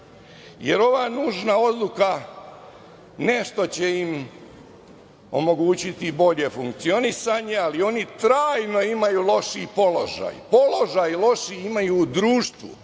jer ova nužna odluka nešto će im omogućiti bolje funkcionisanje, ali oni trajno imaju lošiji položaj, položaj lošiji imaju u društvu.